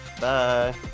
bye